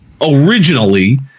originally